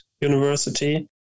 University